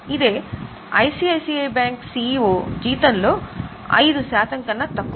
ఇది ICICI bank CEO జీతంలో 5 శాతం కన్నా తక్కువ